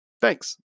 thanks